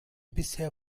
bisher